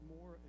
more